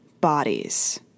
bodies